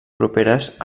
properes